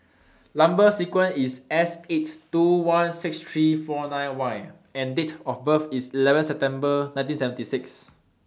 Number sequence IS Seighty two lakh sixteen thousand three hundred and forty nine Y and Date of birth IS eleven September one thousand nine hundred and seventy six